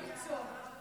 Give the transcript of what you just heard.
לא לצעוק.